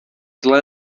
zlé